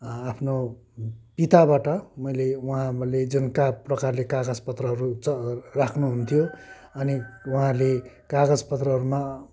आफ्नो पिताबाट मैले उहाँले जुन प्रकारले कागज पत्रहरू च राख्नु हुन्थ्यो अनि उहाँले कागज पत्रहरूमा